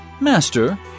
Master